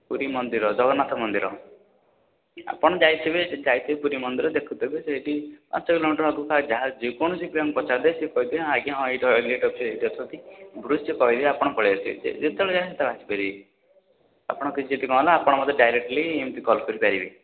ପୁରୀ ମନ୍ଦିର ଜଗନ୍ନାଥ ମନ୍ଦିର ଆପଣ ଯାଇଥିବେ ଯାଇଥିବେ ପୁରୀ ମନ୍ଦିର ଦେଖୁଥିବେ ସେଇଠି ପାଞ୍ଚ କିଲୋମିଟର ଆଗକୁ ଯାଇ ଯାହା ଯେକୌଣସି ପିଲାଙ୍କୁ ପଚାରିଲେ ସେ କହିବେ ଆଜ୍ଞା ହଁ ଇଲେକ୍ଟ୍ରିକ୍ ଅଫିସ ଏଇଠି ଅଛନ୍ତି କହିବେ ଆପଣ ପଳାଇ ଆସିବେ ଯେ ସେ ଯେତେବେଳେ ଚାହିଁବେ ସେତେବେଳେ ଆସିପାରିବେ ଆପଣ ଯଦି କିଛି ନହେଲା ଆପଣ ମୋତେ ଡାଇରେକ୍ଟଲି ଏମିତି କଲ୍ କରିପାରିବେ